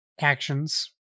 actions